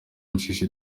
injiji